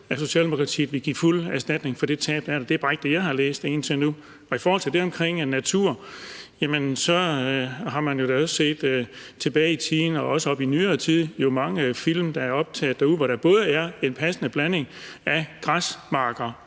at Socialdemokratiet vil give fuld erstatning for det tab, der er der. Det er bare ikke det, jeg har læst. I forhold til det om naturen har man da også tilbage i tiden og også i nyere tid set mange film, der er optaget derude, hvor der både er græsmarker